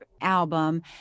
album